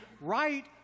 right